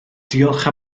diolch